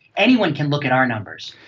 anyone can look at our numbers.